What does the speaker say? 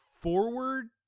forward